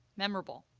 memorable.